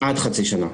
עד חצי שנה.